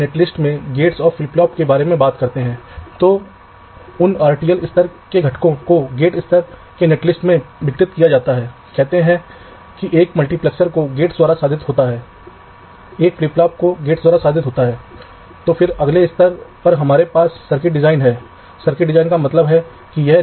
यदि मुझे उच्च शक्ति की आवश्यकता है तो मैं पटरियों को व्यापक बनाता हूं अगर मुझे उस उच्च शक्ति की आवश्यकता नहीं है तो मैं इसे संकीर्ण और फिर से क्लॉक की तरह बना सकता हूं पावर रूटिंग में पावर रूटिंग भी एक परत से दूसरी परत पर अक्सर नहीं जाना चाहेगा